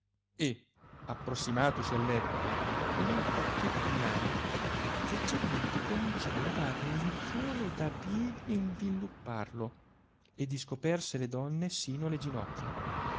e approssimatosi al letto con un torchietto in mano leggermente cominciò levar il linzuolo da piedi e invilupparlo e discoperse le donne sino alle ginocchia